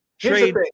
Trade